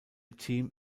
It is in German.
team